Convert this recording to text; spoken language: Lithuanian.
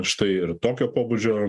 štai ir tokio pobūdžio